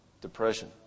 Depression